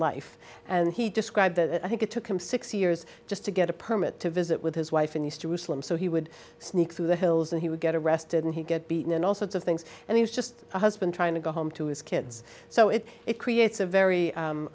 life and he described it i think it took him six years just to get a permit to visit with his wife in east jerusalem so he would sneak through the hills and he would get arrested and he get beaten and also it's of things and he was just a husband trying to go home to his kids so it it creates a very